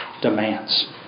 demands